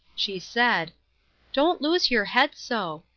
she said don't lose your head so.